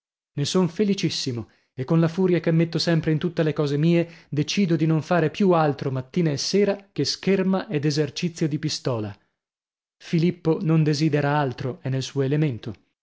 ne son felicissimo e con la furia che metto sempre in tutte le cose mie decido di non fare più altro mattina e sera che scherma ed esercizio di pistola filippo non desidera altro è nel suo elemento